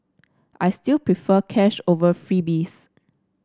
I still prefer cash over freebies